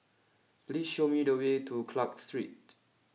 please show me the way to Clark Street